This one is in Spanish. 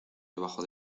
debajo